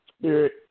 spirit